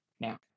now